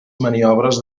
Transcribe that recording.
maniobres